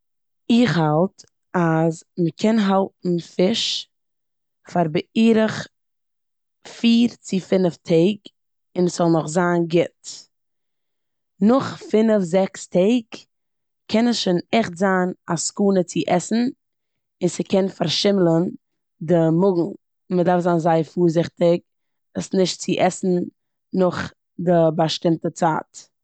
איך האלט אז מ'קען האלטן פריש פאר בערך פיר צו פינף טעג און ס'זאל נאך זיין גוט. נאך פינף, זעקס טעג קען עס שוין עכט זיין א סכנה עסן און ס'קען פארשימלען די מאגן. מ'דארף זיין זייער פארזיכטיג עס נישט צו עסן נאך די באשטימטע צייט.